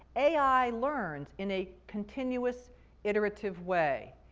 ai learns in a continuous iterative way.